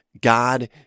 God